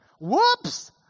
Whoops